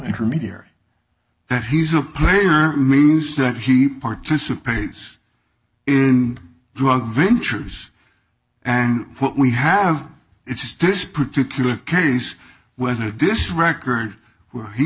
intermediary that he's a player means that he participates in drug ventures and what we have is this particular case where this record